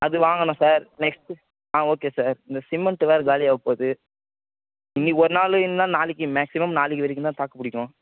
அது வாங்கணும் sir next ஆ ஓகே சார் இந்த சிமெண்ட்டு வேறு காலி ஆவப்போது இன்னக்கு ஒரு நாலு இல்லைன்னா நாளைக்கு மேக்ஸிமம் நாளைக்கு வரைக்கும் தான் தாக்கு பிடிக்கும்